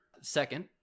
Second